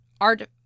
art